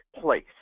place